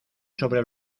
sobre